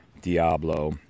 Diablo